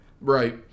Right